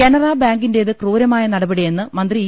കനറാ ബാങ്കിന്റേത് ക്രൂരമായ നടപടിയെന്ന് മന്ത്രി ഇ